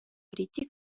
прийти